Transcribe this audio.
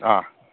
ꯑꯥ